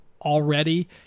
already